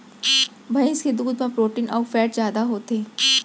भईंस के दूद म प्रोटीन अउ फैट जादा होथे